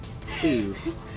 Please